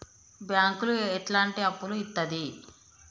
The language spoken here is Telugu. బ్యాంకులు ఎట్లాంటి అప్పులు ఇత్తది?